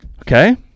Okay